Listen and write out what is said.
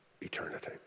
eternity